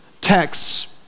texts